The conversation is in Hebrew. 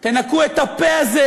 תנקו את הפה הזה,